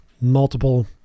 multiple